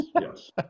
Yes